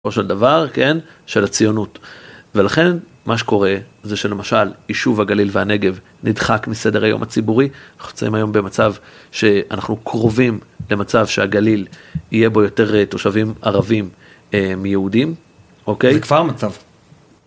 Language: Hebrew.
ראש הדבר, כן, של הציונות, ולכן מה שקורה זה שלמשל, יישוב הגליל והנגב נדחק מסדר היום הציבורי, אנחנו יוצאים היום במצב שאנחנו קרובים למצב שהגליל יהיה בו יותר תושבים ערבים מיהודים, אוקיי? זה כבר מצב.